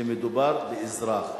שמדובר באזרח,